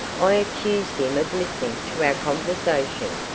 i accused him of listening to our conversation.